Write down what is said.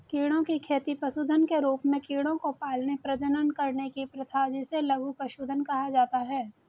कीड़ों की खेती पशुधन के रूप में कीड़ों को पालने, प्रजनन करने की प्रथा जिसे लघु पशुधन कहा जाता है